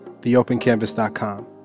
theopencanvas.com